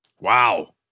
Wow